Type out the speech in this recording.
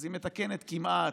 היא מתקנת כמעט,